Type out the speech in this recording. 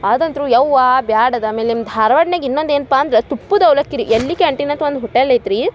ಅದಂತೂ ಅವ್ವ ಬೇಡ ಅದು ಆಮೇಲೆ ನಿಮ್ಮ ಧಾರ್ವಾಡನಾಗ್ ಇನ್ನೊಂದು ಏನಪ್ಪ ಅಂದ್ರೆ ತುಪ್ಪದ ಅವಲಕ್ಕಿ ರೀ ಎಲ್ಲಿ ಕ್ಯಾಂಟೀನಂತ ಒಂದು ಹೊಟೆಲ್ ಐತೆ ರೀ